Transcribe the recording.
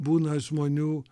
būna žmonių